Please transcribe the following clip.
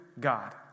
God